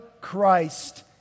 Christ